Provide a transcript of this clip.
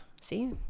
see